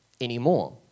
anymore